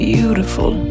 Beautiful